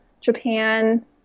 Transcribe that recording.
Japan